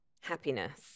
happiness